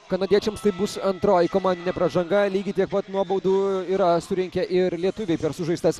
kanadiečiams tai bus antroji komandinė pražanga lygiai tiek pat nuobaudų yra surinkę ir lietuviai per sužaistas